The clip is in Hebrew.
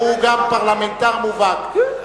שהוא גם פרלמנטר מובהק,